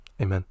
Amen